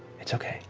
it's okay.